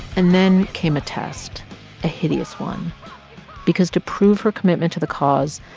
and then came a test a hideous one because to prove her commitment to the cause,